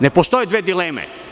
Ne postoje dve dileme.